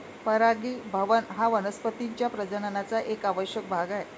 परागीभवन हा वनस्पतीं च्या प्रजननाचा एक आवश्यक भाग आहे